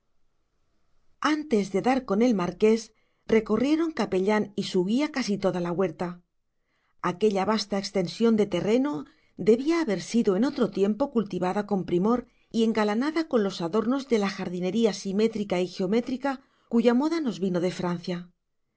antes de dar con el marqués recorrieron el capellán y su guía casi toda la huerta aquella vasta extensión de terreno debía haber sido en otro tiempo cultivada con primor y engalanada con los adornos de la jardinería simétrica y geométrica cuya moda nos vino de francia